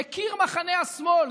יקיר מחנה השמאל,